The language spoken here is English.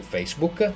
Facebook